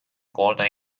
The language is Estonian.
kuulda